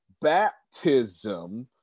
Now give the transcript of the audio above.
baptism